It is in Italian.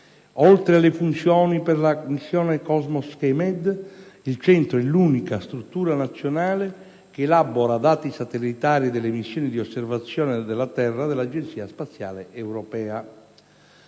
oltre alle funzioni per la missione Cosmo-SkyMed, il Centro è l'unica struttura nazionale che elabora dati satellitari delle missioni di osservazione della terra dell'Agenzia spaziale europea.